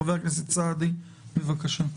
חבר הכנסת סעדי, בבקשה.